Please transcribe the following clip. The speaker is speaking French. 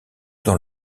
dans